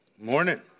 morning